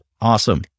awesome